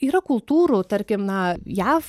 yra kultūrų tarkim na jav